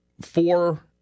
four